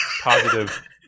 positive